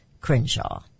Crenshaw